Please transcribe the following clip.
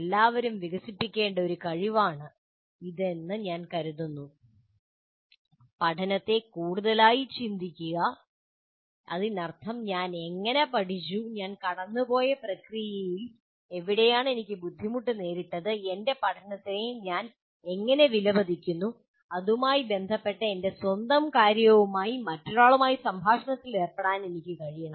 എല്ലാവരും വികസിപ്പിക്കേണ്ട ഒരു കഴിവാണ് ഇതെന്ന് ഞാൻ കരുതുന്നു പഠനത്തെ കൂടുതലായി ചിന്തിക്കുക അതിനർത്ഥം ഞാൻ എങ്ങനെ പഠിച്ചു ഞാൻ കടന്നുപോയ പ്രക്രിയയിൽ എവിടെയാണ് എനിക്ക് ബുദ്ധിമുട്ട് നേരിട്ടത് എന്റെ പഠനത്തെ ഞാൻ എങ്ങനെ വിലമതിക്കുന്നു ഇതുമായി ബന്ധപ്പെട്ട് എന്റെ സ്വന്തം കാര്യവുമായി മറ്റൊരാളുമായി സംഭാഷണത്തിൽ ഏർപ്പെടാൻ എനിക്ക് കഴിയണം